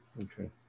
Okay